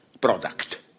product